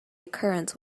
occurrence